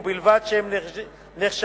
ובלבד שהם נחשבים